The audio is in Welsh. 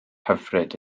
hyfryd